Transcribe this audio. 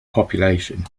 population